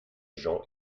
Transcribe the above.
gens